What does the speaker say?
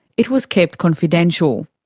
it was kept confidential.